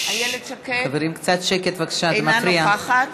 אינה נוכחת חברים, קצת שקט בבקשה, זה מפריע.